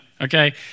okay